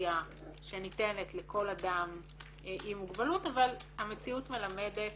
אופציה שניתנת לכל אדם עם מוגבלות אבל המציאות מלמדת